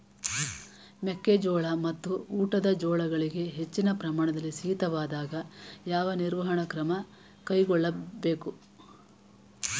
ಮೆಕ್ಕೆ ಜೋಳ ಮತ್ತು ಊಟದ ಜೋಳಗಳಿಗೆ ಹೆಚ್ಚಿನ ಪ್ರಮಾಣದಲ್ಲಿ ಶೀತವಾದಾಗ, ಯಾವ ನಿರ್ವಹಣಾ ಕ್ರಮ ಕೈಗೊಳ್ಳಬೇಕು?